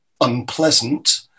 unpleasant